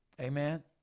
Amen